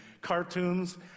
cartoons